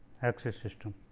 axis system.